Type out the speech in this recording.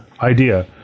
idea